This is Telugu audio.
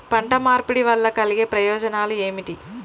పంట మార్పిడి వల్ల కలిగే ప్రయోజనాలు ఏమిటి?